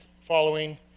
following